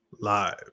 Live